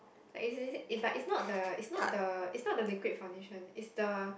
like is it it but it's not the it's not the it's not the liquid foundation is the